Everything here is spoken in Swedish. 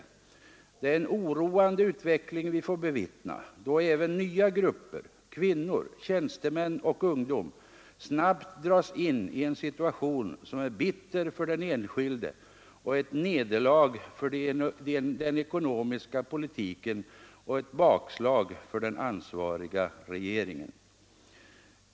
Det är en oroande utveckling 28 februari 1973 vi får bevittna, då även nya grupper — kvinnor, tjänstemän och ugbom —— snabbt dras in i en situation som är bitter för den enskilde, ett nederlag för den ekonomiska politiken och ett bakslag för den ansvariga regeringen.